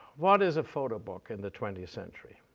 what is a photo book in the twentieth century?